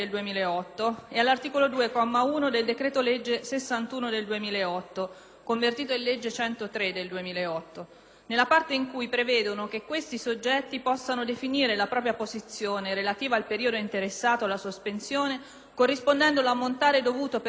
(convertito nella legge n. 103 del 2008) nella parte in cui prevedono che questi soggetti possano definire la propria posizione relativa al periodo interessato alla sospensione corrispondendo l'ammontare dovuto per ciascun tributo e contributo oggetto di sospensione al netto dei versamenti già eseguiti,